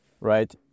right